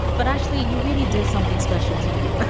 but actually, you really did something special today.